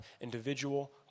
individual